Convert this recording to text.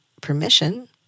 permission